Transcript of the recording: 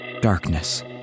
Darkness